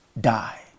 die